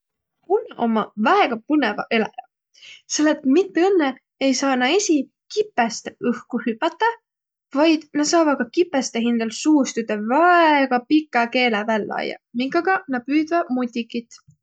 Kunnaq ummaq väega põnõvaq eläjäq, selle et mitte õnnõ ei saaq nä esiq kipõstõ õhku hüpädäq, vaid nä saavaq ka kipõstõ hindäl suust üte väega pikä keele vällä ajjaq, minkaga nä püüdväq mutikit.